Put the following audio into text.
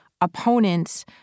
opponents